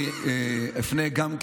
אני אפנה גם,